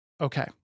Okay